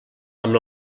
amb